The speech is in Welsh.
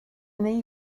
neu